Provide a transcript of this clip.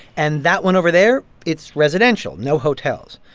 and that one over there, it's residential, no hotels.